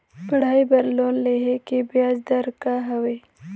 पढ़ाई बर लोन लेहे के ब्याज दर का हवे?